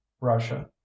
russia